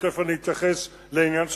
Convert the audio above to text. ותיכף אני אתייחס לעניין הפינוי,